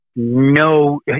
No